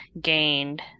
gained